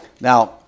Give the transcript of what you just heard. Now